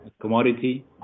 commodity